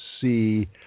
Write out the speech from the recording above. see